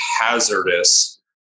hazardous